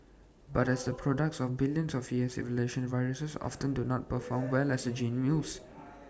but as the products of billions of years of evolution viruses often do not perform well as gene mules